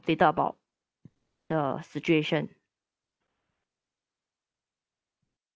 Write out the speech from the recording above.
updated about the situation